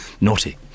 Naughty